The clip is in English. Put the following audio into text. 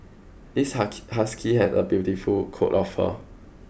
this husky has a beautiful coat of fur